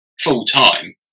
full-time